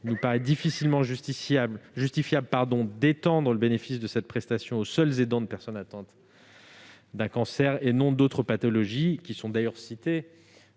il lui paraît difficilement justifiable d'étendre le bénéfice de cette prestation aux seuls aidants de personnes atteintes d'un cancer, et non à ceux de victimes d'autres pathologies, qui sont d'ailleurs citées